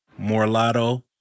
Morlato